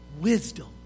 Wisdom